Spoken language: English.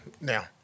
now